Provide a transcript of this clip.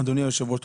אדוני היושב ראש,